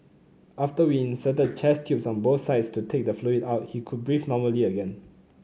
after we inserted chest tubes on both sides to take the fluid out he could breathe normally again